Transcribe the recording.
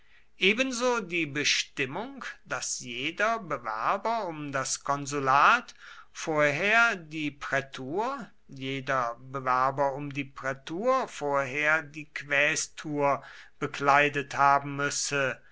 ebenso die bestimmung daß jeder bewerber um das konsulat vorher die prätur jeder bewerber um die prätur vorher die quästur bekleidet haben müsse